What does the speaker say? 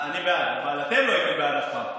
אני בעד, אבל אתם לא הייתם בעד אף פעם.